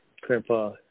Grandpa